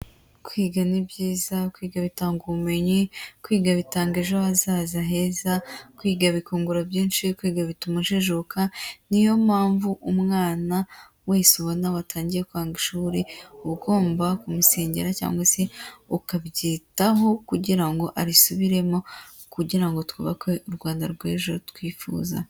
Kwiga ni byiza, kwiga bitanga ubumenyi, kwiga bitanga ejo hazaza heza, kwiga bikungura byinshi, kwiga bituma ujijuka, ni yo mpamvu umwana wese ubona watangiye kwanga ishuri, uba ugomba kumusengera cyangwa se ukabyitaho kugira ngo arisubiremo, kugira ngo twubake u Rwanda rw'ejo twifuza.